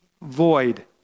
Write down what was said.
void